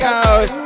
out